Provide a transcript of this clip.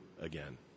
again